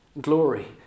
glory